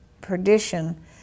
perdition